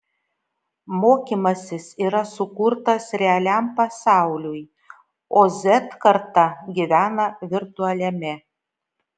mokymasis yra sukurtas realiam pasauliui o z karta gyvena virtualiame